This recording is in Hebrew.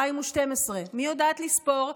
2012. מי יודעת לספור,